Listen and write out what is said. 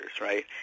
right